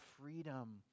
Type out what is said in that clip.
freedom